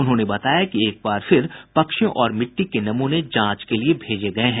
उन्होंने बताया कि एक बार फिर पक्षियों और मिट्टी के नमूने जांच के लिए भेजे गये हैं